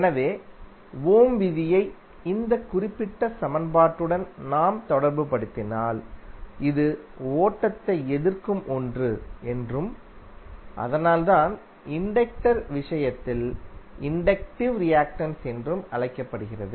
எனவே ஓம் விதியை இந்த குறிப்பிட்ட சமன்பாட்டுடன் நாம் தொடர்புபடுத்தினால் இது ஓட்டத்தை எதிர்க்கும் ஒன்று என்றும் அதனால்தான் இண்டக்டர் விஷயத்தில் இண்டக்டிவ் ரியாக்டன்ஸ் என்றும் அழைக்கப்படுகிறது